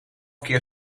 keer